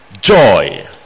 joy